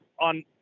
on